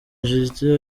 justin